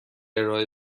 ارائه